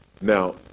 Now